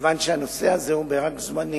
כיוון שהנושא הזה הוא רק זמני,